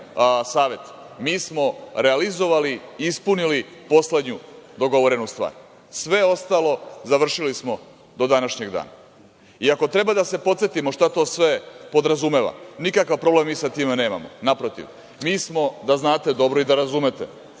mi smo realizovali, ispunili poslednju dogovorenu stvar. Sve ostalo završili smo do današnjeg dana. Ako treba da se podsetimo šta to sve podrazumeva, nikakav problem mi sa time nemamo, naprotiv. Mi smo, da znate dobro i da razumete,